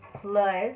Plus